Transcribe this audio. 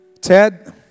Ted